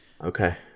Okay